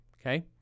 Okay